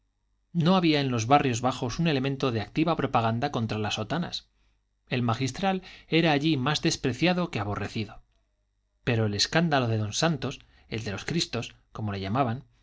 no había en los barrios bajos un elemento de activa propaganda contra las sotanas el magistral era allí más despreciado que aborrecido pero el escándalo de don santos el de los cristos como le llamaban